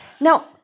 Now